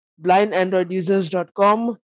blindandroidusers.com